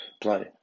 play